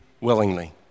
willingly